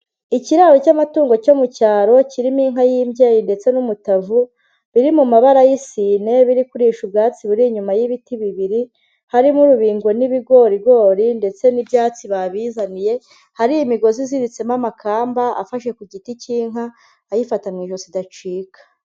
Ikiraro cy'amatungo cyo mu cyaro kirimo inka y'imbyeyi ndetse n'umutavu, biri mu mabara y'isine, biri kurisha ubwatsi buri inyuma y'ibiti bibiri, harimo urubingo n'ibigorigori ndetse n'ibyatsi babizaniye, hari imigozi iziritsemo, amakamba afashe ku giti cy'inka ayifata mu ijosi idacika.